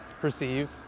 perceive